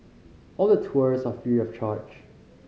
all the tours are free of charge